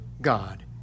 God